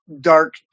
dark